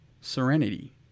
serenity